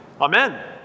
Amen